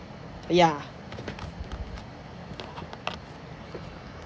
yeah